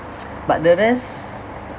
but the rest